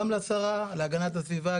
גם לשרה להגנת הסביבה,